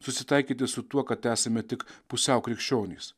susitaikyti su tuo kad esame tik pusiau krikščionys